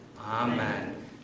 Amen